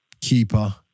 keeper